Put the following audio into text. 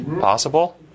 Possible